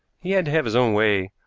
he had to have his own way,